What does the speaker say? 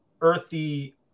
earthy